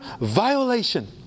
violation